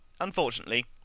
Unfortunately